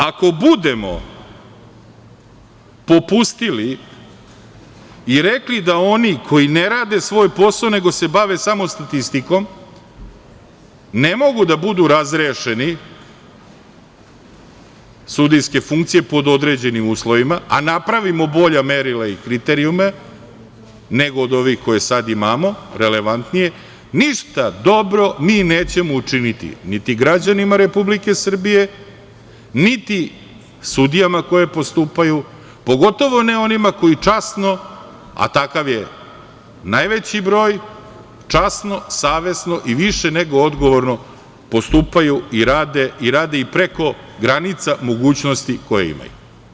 Ako budemo popustili i rekli da oni koji ne rade svoj posao nego se bave samo statistikom ne mogu da budu razrešeni sudijske funkcije pod određenim uslovima, a napravimo bolja merila i kriterijume, nego od ovih koje sada imamo, relevantnije, ništa dobro mi nećemo učiniti niti građanima Republike Srbije, niti sudijama koje postupaju, pogotovo ne onima koji časno, a takav je najveći broj, časno, savesno i više nego odgovorno postupaju i rade preko granica mogućnosti koje imaju.